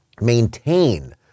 maintain